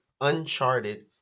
Uncharted